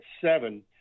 seven